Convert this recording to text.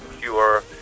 pure